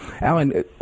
Alan